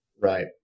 Right